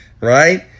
right